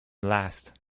last